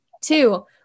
two